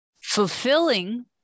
fulfilling